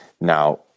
Now